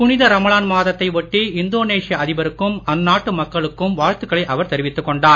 புனித ரமலான் மாத த்தை ஒட்டி இந்தோனேஷியா அதிபருக்கும் அந்நாட்டு மக்களுக்குக்கும் வாழ்த்துக்களை அவர் தெரிவித்துக் கொண்டார்